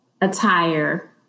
attire